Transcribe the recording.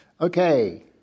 Okay